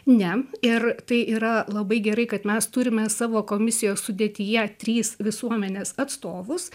ne ir tai yra labai gerai kad mes turime savo komisijos sudėtyje trys visuomenės atstovus